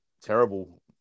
terrible